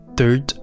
Third